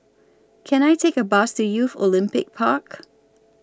Can I Take A Bus to Youth Olympic Park